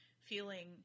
feeling